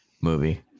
movie